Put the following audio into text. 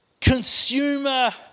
consumer